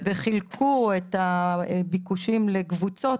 וחילקו את הביקושים לקבוצות,